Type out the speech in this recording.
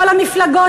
כל המפלגות,